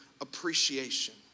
Appreciation